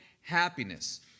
happiness